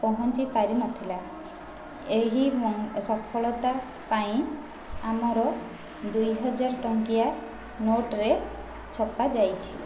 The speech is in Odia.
ପହଞ୍ଚି ପାରିନଥିଲା ଏହି ସଫଳତା ପାଇଁ ଆମର ଦୁଇହଜାର ଟଙ୍କିଆ ନୋଟ୍ରେ ଛପାଯାଇଛି